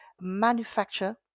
manufacture